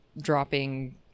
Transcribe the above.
dropping